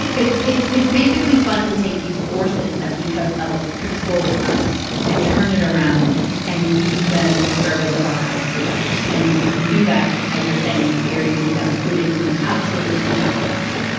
it's it's basically fun to take these forces that we have felt control us and turn it around and use them in service of our highest desires. and you can do that, as you're saying, with fear. you can do that with food and you can absolutely do that with sex.